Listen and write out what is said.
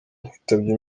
witabye